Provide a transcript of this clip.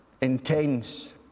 intense